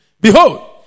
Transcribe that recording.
Behold